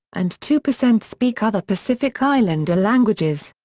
and two percent speak other pacific islander languages.